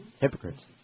Hypocrites